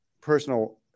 personal